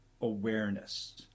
awareness